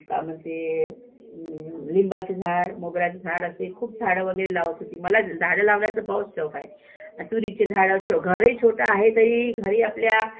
का म्हणते लिंबाचे झाड मोगऱ्याचं झाड असे खूप झाडं वगैरे लावत होती मला झाडं लावण्याचं बहोत शौक आहे तुरीचे झाडं छो घरही छोटं आहे तरी घरी आपल्या